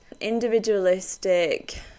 individualistic